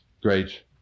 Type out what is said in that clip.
great